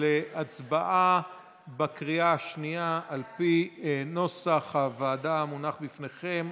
להצבעה בקריאה השנייה על פי נוסח הוועדה המונח לפניכם.